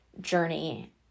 journey